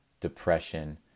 depression